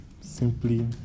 simply